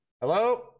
Hello